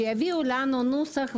כשיביאו לנו נוסח,